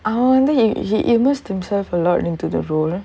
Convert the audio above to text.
அவ வந்து:ava vanthu he he immersed himself a lot into the role